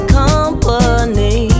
company